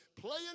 playing